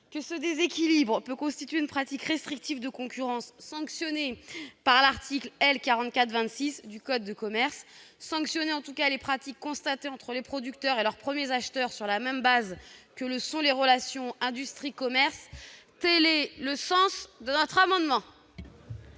outre, ce déséquilibre peut constituer une pratique restrictive de concurrence sanctionnée par l'article L. 442-6 du code de commerce. Cet amendement vise donc à sanctionner les pratiques constatées entre les producteurs et leurs premiers acheteurs sur la même base que le sont les relations industrie-commerce. La parole est à M. Claude